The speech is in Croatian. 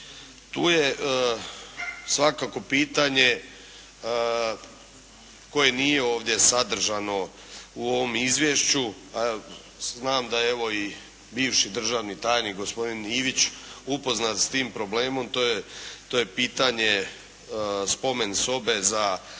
Tu je svakako pitanje koje nije ovdje sadržano u ovom izvješću, a znam da evo i bivši državni tajnik gospodin Ivić upoznat s tim problemom. To je pitanje spomensobe za